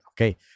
okay